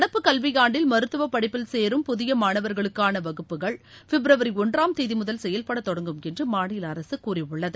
நடப்பு கல்வியாண்டில் மருத்துவ படிப்பில் சேரும் புதிய மாணவர்களுக்கான வகுப்புகள் பிப்ரவரி ஒன்றாம் தேதி முதல் செயல்பட தொடங்கும் என்று மாநில அரசு கூறியுள்ளது